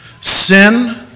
sin